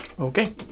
Okay